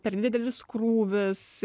per didelis krūvis